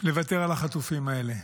לוותר על החטופים האלה.